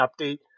update